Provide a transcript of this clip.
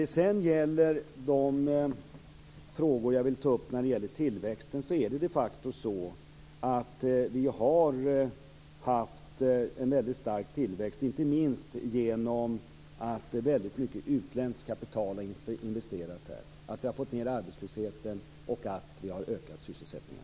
Det är de facto så att vi har haft en väldigt stark tillväxt inte minst genom att mycket utländskt kapital investerats här och genom att vi fått ned arbetslösheten och ökat sysselsättningen.